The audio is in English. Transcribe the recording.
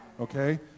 Okay